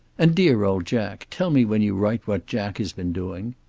and dear old jack. tell me when you write what jack has been doing.